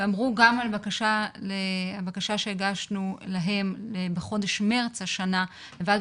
ואמרו גם על הבקשה שהגשנו להם בחודש מרץ השנה על ועדת